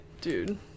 dude